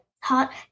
hot